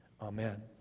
Amen